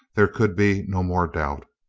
there could be no more doubt.